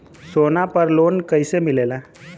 सोना पर loan कइसे मिलेला?